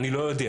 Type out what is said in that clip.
אני לא יודע.